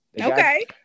Okay